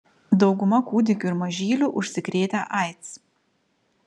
dauguma kūdikių ir mažylių užsikrėtę aids